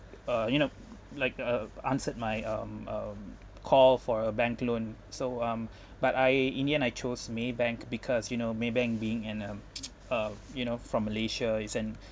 uh you know like uh answered my um um call for a bank loan so um but I in the end I chose Maybank because you know Maybank being in um uh you know from malaysia is an